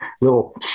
little